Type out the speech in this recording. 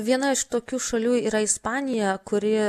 viena iš tokių šalių yra ispanija kuri